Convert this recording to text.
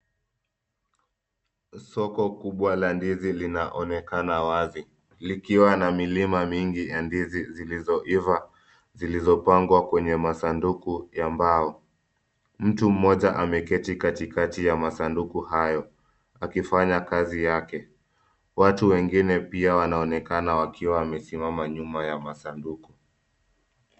Soko kubwa la ndizi linaonekana wazi likiwa na milima mingi ya ndizi zilizo iva, zilizopangwa kwenye masunduku ya mbao. Mtu mmoja ameketi katikati ya masanduku hayo akifanya kazi yake watu wengine pia wana onekana wakiwa wamesimama nyuma ya masanduku.